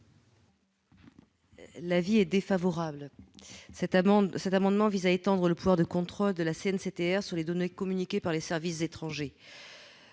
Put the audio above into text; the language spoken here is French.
l'avis de la commission ? Cet amendement vise à étendre le pouvoir de contrôle de la CNCTR sur les données communiquées par les services étrangers.